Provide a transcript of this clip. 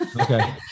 Okay